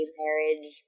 marriage